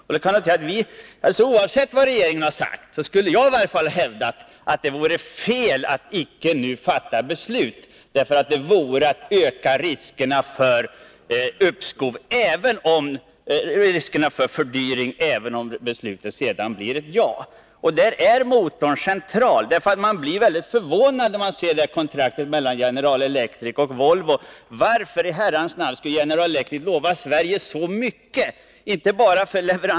Oavsett vad regeringen har sagt vill jag hävda att det vore fel att icke nu fatta beslut. Ett uppskov vore att öka riskerna för fördyring, även om beslutet sedan bleve ett ja. I det sammanhanget är frågan om motorn central. Man blir förvånad när man ser kontraktet mellan General Electric och Volvo. Varför i herrans namn skulle General Electric lova Sverige så mycket?